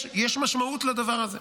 יש משמעות לדבר הזה,